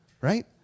right